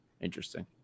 interesting